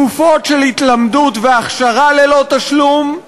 תקופות של התלמדות והכשרה ללא תשלום,